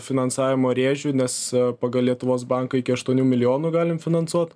finansavimo rėžių nes pagal lietuvos banką iki aštuonių milijonų galim finansuot